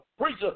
preacher